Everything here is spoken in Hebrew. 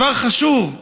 דבר חשוב.